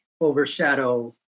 overshadow